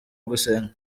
ugusenga